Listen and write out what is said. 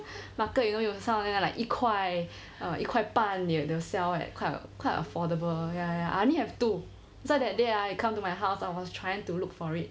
market you know you sell like 一块一块半也有 sell leh quite a quite affordable ya I only have two so that day you come to my house I was trying to look for it